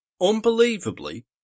Unbelievably